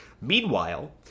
Meanwhile